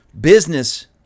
business